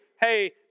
hey